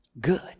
good